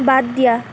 বাদ দিয়া